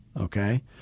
okay